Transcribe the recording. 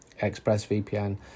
ExpressVPN